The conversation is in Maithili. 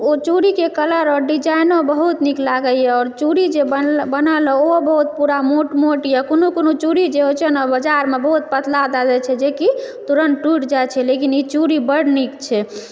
ओ चूड़ीके कलर आओर डिजाइनो बहुत नीक लागयए आओर चूड़ी जे बनल हँ ओहो बहुत पूरा मोट मोट यऽ कोनो कोनो चूड़ी जे होइ छै नऽ बाजारमे बहुत पतला दय दैत छै जेकि तुरन्त टुटि जाइ छै लेकिन ई चूड़ी बड्ड नीक छै